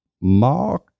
Mark